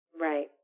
Right